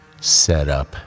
setup